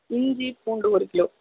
இஞ்சி பூண்டு ஒரு கிலோ